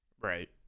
Right